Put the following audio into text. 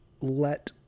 let